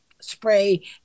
spray